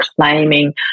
claiming